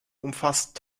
umfasst